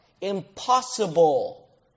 Impossible